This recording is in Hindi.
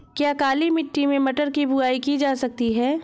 क्या काली मिट्टी में मटर की बुआई की जा सकती है?